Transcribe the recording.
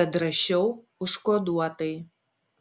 tad rašiau užkoduotai